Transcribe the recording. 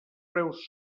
preus